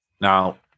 Now